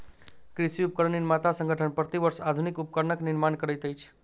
कृषि उपकरण निर्माता संगठन, प्रति वर्ष आधुनिक उपकरणक निर्माण करैत अछि